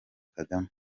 kagame